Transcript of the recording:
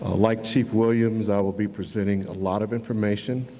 ah like chief williams, i will be presenting a lot of information,